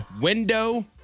window